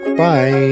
Bye